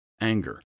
anger